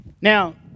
Now